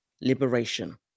liberation